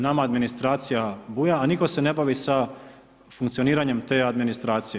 Nama administracija buja a nitko se ne bavi sa funkcioniranjem te administracije.